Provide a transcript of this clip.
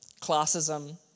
classism